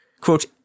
quote